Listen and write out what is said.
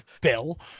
Bill